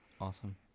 awesome